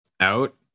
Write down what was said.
out